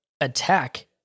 attack